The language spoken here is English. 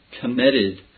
Committed